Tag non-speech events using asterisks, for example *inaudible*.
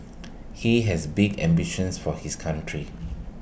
*noise* he has big ambitions for his country